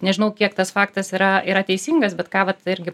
nežinau kiek tas faktas yra yra teisingas bet ką vat irgi